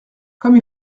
comme